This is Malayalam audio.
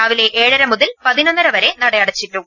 രാവിലെ ഏഴര മുതൽ പതിനൊന്നര വരെ നടയടച്ചിട്ടു